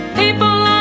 people